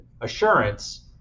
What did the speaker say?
assurance